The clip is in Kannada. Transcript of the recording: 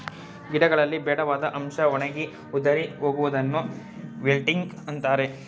ಗಿಡಗಳಲ್ಲಿ ಬೇಡವಾದ ಅಂಶ ಒಣಗಿ ಉದುರಿ ಹೋಗುವುದನ್ನು ವಿಲ್ಟಿಂಗ್ ಅಂತರೆ